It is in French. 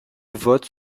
vote